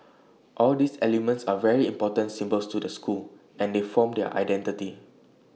all these elements are very important symbols to the school and they form their identity